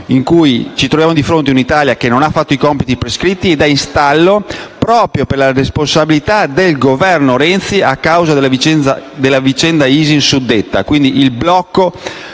per cui ci troviamo di fronte ad un' Italia che non ha fatto i compiti prescritti ed è in stallo, proprio per la responsabilità del Governo Renzi, a causa della suddetta vicenda ISIN - il blocco